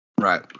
Right